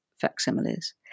facsimiles